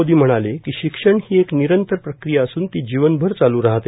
मोदी म्हणाले की शिक्षण ही एक निरंतर प्रक्रिया असून ती जीवनभर चालू राहते